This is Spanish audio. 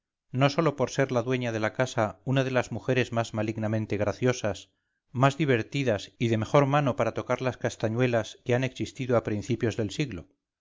no sólo por ser la dueña de la casa una de las mujeres más malignamente graciosas más divertidas y de mejor mano para tocar las castañuelas que han existido a principios del siglo